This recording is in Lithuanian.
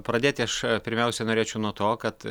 pradėti aš pirmiausia norėčiau nuo to kad